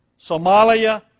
Somalia